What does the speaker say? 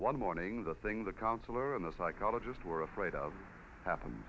one morning the thing the counselor and the psychologist were afraid of happen